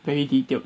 very easy tio